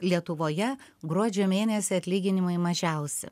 lietuvoje gruodžio mėnesį atlyginimai mažiausi